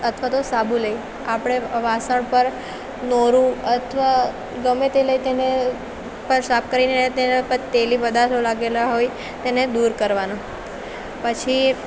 અથવા તો સાબુ લઈ આપણે વાસણ પર નોરું અથવા ગમે તે લઈ તેને પર સાફ કરીને તેના પર તૈલી પદાર્થો લાગેલા હોય તેને દૂર કરવાના પછી